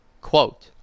Quote